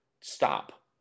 stop